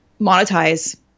monetize